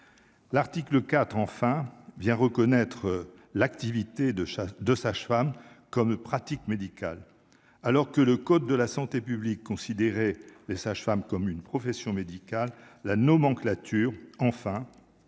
l'article 4 enfin vient reconnaître l'activité de chasse de sage-femme comme pratique médicale, alors que le code de la santé publique, considérer les sages-femmes comme une profession médicale, la nomenclature enfin